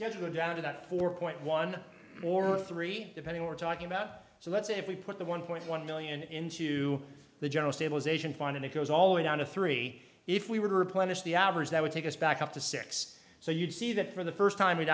scheduled down to that four point one or three depending we're talking about so let's say if we put the one point one million into the general stabilization fund and it goes all the way down to three if we were to replenish the average that would take us back up to six so you'd see that for the first time